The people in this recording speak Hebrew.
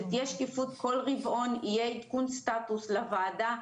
שתהיה שקיפות וכל רבעון יהיה עדכון סטטוס לוועדה,